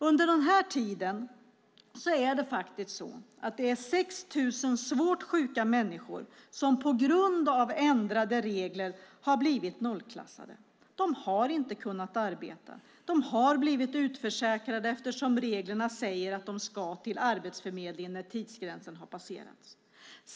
Under denna tid har 6 000 svårt sjuka människor på grund av ändrade regler blivit nollklassade. De har inte kunnat arbeta. De har blivit utförsäkrade eftersom reglerna säger att de ska till Arbetsförmedlingen när tidsgränsen har passerats.